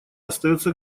остается